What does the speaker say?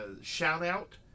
shout-out